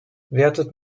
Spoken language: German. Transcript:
wertet